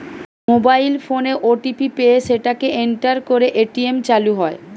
mobile ফোনে OTP পেয়ে সেটাকে এন্টার করে এ.টি.এম চালু হয়